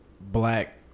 black